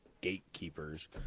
gatekeepers